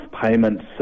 payments